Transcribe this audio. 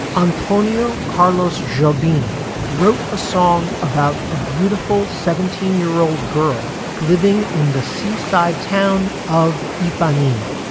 antonio carlos jobim wrote a song about a beautiful seventeen year old girl living in the seaside town of ipanema,